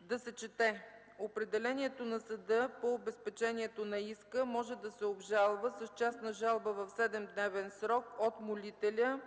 да се чете: „Определението на съда по обезпечението на иска може да се обжалва с частна жалба в 7-дневен срок от молителя